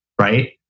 right